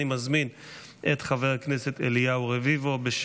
אני מזמין את חבר הכנסת אליהו רביבו להציג